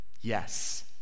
Yes